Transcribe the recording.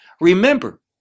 Remember